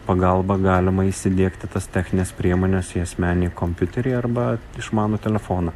pagalba galima įsidiegti tas technines priemones į asmeninį kompiuterį arba išmanų telefoną